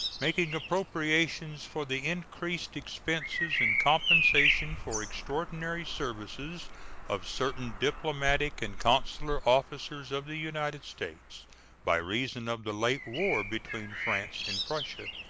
making appropriations for the increased expenses and compensation for extraordinary services of certain diplomatic and consular officers of the united states by reason of the late war between france and prussia.